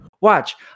Watch